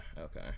okay